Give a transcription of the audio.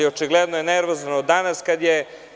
Očigledno je nervozan od danas kada je…